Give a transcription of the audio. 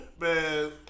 man